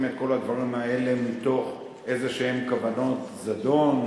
את כל הדברים האלה מתוך איזה כוונות זדון,